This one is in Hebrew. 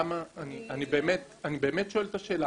אני באמת שואל את השאלה.